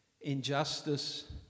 injustice